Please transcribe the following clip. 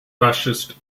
fascist